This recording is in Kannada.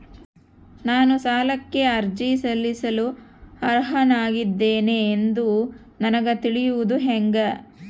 ನಾನು ಸಾಲಕ್ಕೆ ಅರ್ಜಿ ಸಲ್ಲಿಸಲು ಅರ್ಹನಾಗಿದ್ದೇನೆ ಎಂದು ನನಗ ತಿಳಿಯುವುದು ಹೆಂಗ?